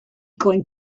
going